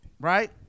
right